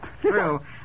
true